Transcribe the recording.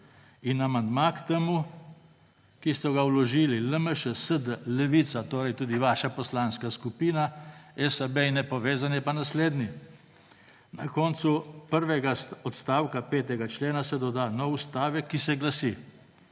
In amandma k temu členu, ki so ga vložili LMŠ, SD, Levica, torej tudi vaša poslanska skupina, SAB in nepovezani, je pa naslednji. Na koncu prvega odstavka 5. člena se doda nov stavek, ki se glasi: